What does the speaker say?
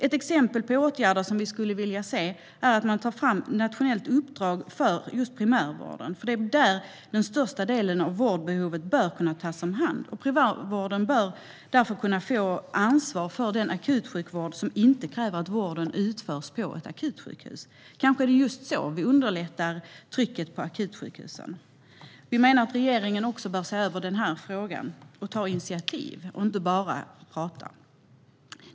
Ett exempel på åtgärder vi skulle vilja se är att man tar fram ett nationellt uppdrag för primärvården, för det är där den största delen av vårdbehovet bör kunna tas om hand. Primärvården bör därför kunna få ansvar för den akutsjukvård som inte måste utföras på ett akutsjukhus. Kanske är det just så vi underlättar när det gäller trycket på akutsjukhusen? Vi menar att regeringen bör se över den här frågan och ta initiativ - inte bara prata.